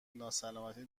ناسلامتی